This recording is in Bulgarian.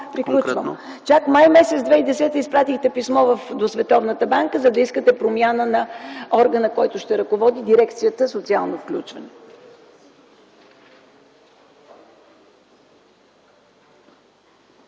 Приключвам. Чак м. май 2010 г. изпратихте писмо до Световната банка, за да искате промяна на органа, който ще ръководи дирекцията „Социално включване”.